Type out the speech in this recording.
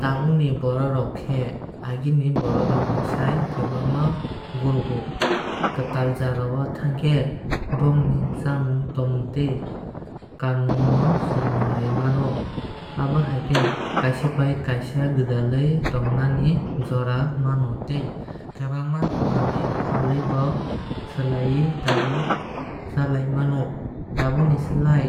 Tabuk ni borok rok khe agee ni borok rok ni sai kwbangma gurugo. Kwtal jagao thangkhe bongni chamung tomung tei kanmung no swrunglai mano. Abo haikhe kaaisa bai kaaisa gwdalui tongnani jora mano tei kwbangma manwui falwui ba slayui tabuk chailai mano. Tabuk ni slai